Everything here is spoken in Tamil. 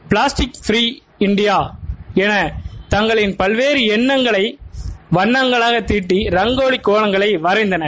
பிளாஸ்டிக் ப்ரி இண்டியா என்ற தங்களின் பல்வேறு எண்ணங்களை வண்ணங்களாக தீட்டி ரங்கோவி கோலங்களை வரைந்தனர்